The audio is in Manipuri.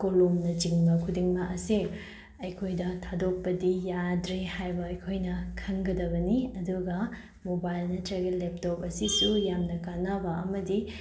ꯀꯣꯂꯣꯝꯅꯆꯤꯡꯕ ꯈꯨꯗꯤꯡꯃꯛ ꯑꯁꯦ ꯑꯩꯈꯣꯏꯗ ꯊꯥꯗꯣꯛꯄꯗꯤ ꯌꯥꯗ꯭ꯔꯦ ꯍꯥꯏꯕ ꯑꯩꯈꯣꯏꯅ ꯈꯪꯒꯗꯕꯅꯤ ꯑꯗꯨꯒ ꯃꯣꯕꯥꯏꯜ ꯅꯠꯇ꯭ꯔꯒ ꯂꯦꯞꯇꯦꯞ ꯑꯁꯤꯁꯨ ꯌꯥꯝꯅ ꯀꯥꯟꯅꯕ ꯑꯃꯗꯤ